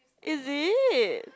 is it